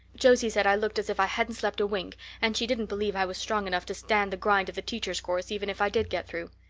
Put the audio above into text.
josie said i looked as if i hadn't slept a wink and she didn't believe i was strong enough to stand the grind of the teacher's course even if i did get through.